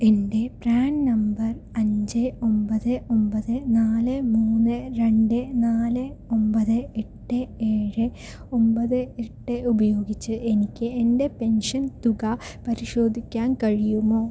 എൻ്റെ PRAN number അഞ്ച് ഒമ്പത് ഒമ്പത് നാല് മൂന്ന് രണ്ട് നാല് ഒമ്പത് എട്ട് ഏഴ് ഒമ്പത് എട്ട് ഉപയോഗിച്ച് എനിക്ക് എൻ്റെ പെൻഷൻ തുക പരിശോധിക്കാൻ കഴിയുമോ